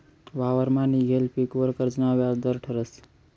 वावरमा निंघेल पीकवर कर्जना व्याज दर ठरस